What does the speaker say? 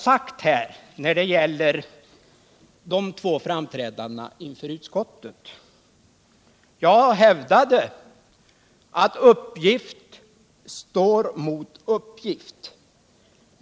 Beträffande de två framträdandena inför utskottet hävdade jag att uppgift står mot uppgift.